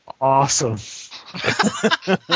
awesome